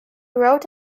wrote